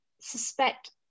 suspect